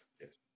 yes